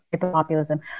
populism